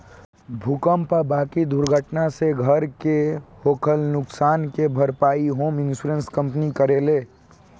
भूकंप आ बाकी दुर्घटना से घर के होखल नुकसान के भारपाई होम इंश्योरेंस कंपनी करेले